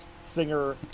singer